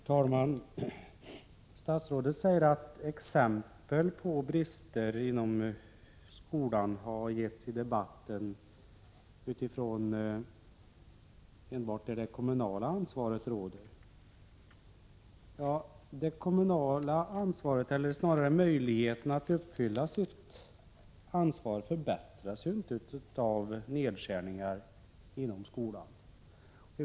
Herr talman! Statsrådet säger att exempel på brister inom skolan har getts i debatten enbart från det kommunala ansvarsområdet. Ja, kommunernas möjligheter att uppfylla sitt ansvar förbättras ju inte av nedskärningar inom skolan.